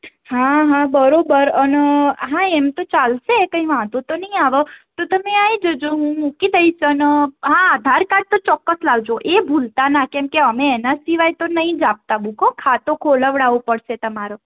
હા હા બરોબર અન હા એમ તો ચાલશે કંઈ વાંધો તો નહીં આવે તો તમે આવી જજો હું મૂકી દઈશ અને હા આધાર કાર્ડ તો ચોક્કસ લાવજો એ ભુલતાના કેમ કે અમે એના સિવાય તો નહીં જ આપતા બૂક હો ખાતું ખોલવડાવું પડશે તમારે